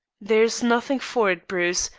there is nothing for it, bruce,